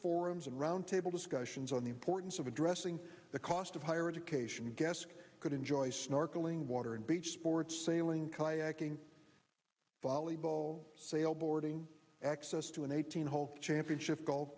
forums and roundtable discussions on the importance of addressing the cost of higher education guests could enjoy snorkeling water and beach sports sailing kayaking volleyball sail boarding access to an eighteen hole championship golf